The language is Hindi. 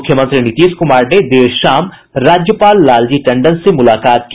मुख्यमंत्री नीतीश कुमार ने देर शाम राज्यपाल लालजी टंडन से मुलाकात की